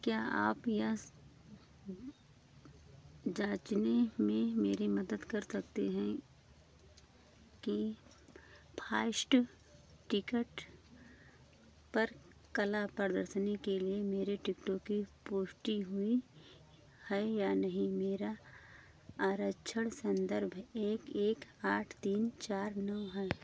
क्या आप यह जाँचने में मेरी मदद कर सकते हैं कि फास्ट टिकट पर कला प्रदर्शनी के लिए मेरे टिकटों की पुष्टि हुई है या नहीं मेरा आरक्षण संदर्भ एक एक आठ तीन चार नौ है